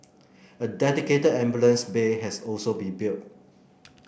a dedicated ambulance bay has also been built